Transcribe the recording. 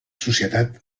societat